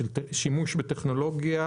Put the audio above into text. שימוש בטכנולוגיה,